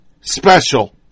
special